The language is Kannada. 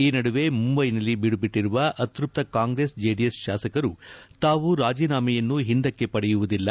ಈ ನಡುವೆ ಮುಂಬೈಯಲ್ಲಿ ಬೀಡುಬಿಟ್ಟರುವ ಅತೃಪ್ತ ಕಾಂಗ್ರೆಸ್ ಜೆಡಿಎಸ್ ಶಾಸಕರು ತಾವು ರಾಜೀನಾಮೆಯನ್ನು ಹಿಂದಕ್ಕೆ ಪಡೆಯುವುದಿಲ್ಲ